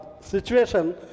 situation